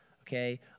okay